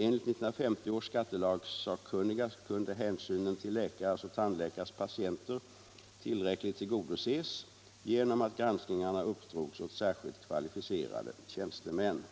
Enligt 1950 års skattelagssakkunniga kunde hänsynen till läkares och tandläkares patienter tillräckligt tillgodoses genom att granskningarna upp drogs åt särskilt kvalificerade tjänstemän.